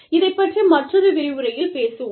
இதைப் பற்றி மற்றொரு விரிவுரையில் பேசுவோம்